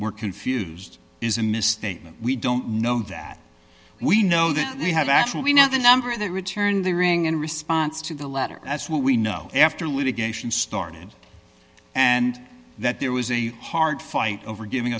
were confused is a misstatement we don't know that we know that they have actually now the number that returned their ng in response to the letter that's what we know after litigation started and that there was a hard fight over giving